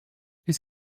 his